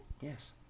Yes